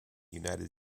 united